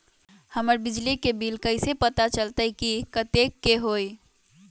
हमर बिजली के बिल कैसे पता चलतै की कतेइक के होई?